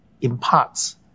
imparts